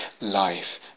life